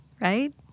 right